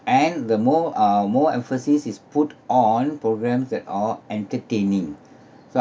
and the more uh more emphasis is put on programmes that are entertaining so